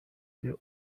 their